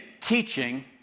teaching